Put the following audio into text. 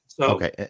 Okay